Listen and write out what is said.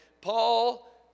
Paul